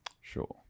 Sure